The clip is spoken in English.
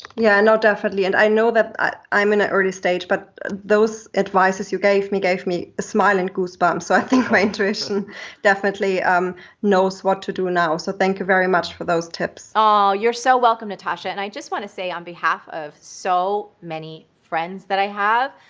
yeah, no, definitely. and i know that i'm in ah early stage, but those advices you gave me gave me a smile and goosebumps. so i think my intuition definitely um knows what to do now. so thank you very much for those tips. oh, you're so welcome, natascha. and i just want to say on behalf of so many friends that i have,